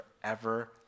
forever